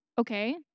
okay